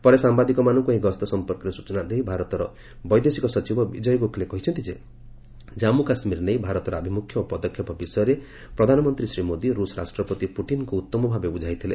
ପରେ ସାମ୍ବାଦିକମାନଙ୍କୁ ଏହି ଗସ୍ତ ସଂପର୍କରେ ସ୍ନଚନା ଦେଇ ଭାରତର ବୈଦେଶିକ ସଚିବ ବିଜୟ ଗୋଖଲେ କହିଛନ୍ତି ଯେ ଜାମ୍ମୁ କାଶ୍ମୀର ନେଇ ଭାରତର ଆଭିମ୍ରଖ୍ୟ ଓ ପଦକ୍ଷେପ ବିଷୟରେ ପ୍ରଧାନମନ୍ତ୍ରୀ ଶ୍ରୀ ମୋଦି ରୂଷ ରାଷ୍ଟ୍ରପତି ପୁଟିନଙ୍କୁ ଉତ୍ତମ ଭାବେ ବୁଝାଇଥିଲେ